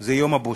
זה יום הבושת.